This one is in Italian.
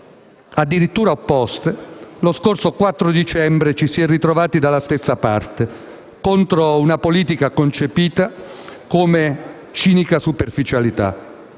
addirittura opposte, lo scorso 4 dicembre ci si è ritrovati dalla stessa parte, contro una politica concepita come cinica superficialità.